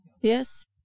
yes